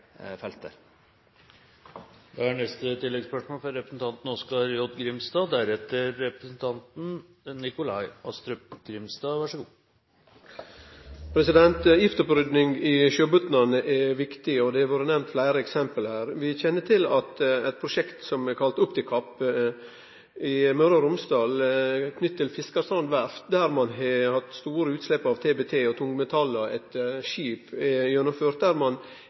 i sjøbotnane er viktig, og det har vore nemnt fleire eksempel her. Vi kjenner til at eit prosjekt kalla OPTICAP i Møre og Romsdal – knytt til Fiskerstrand Verft, der ein har hatt store utslepp av TBT og tungmetall etter skip – er gjennomført. Der har ein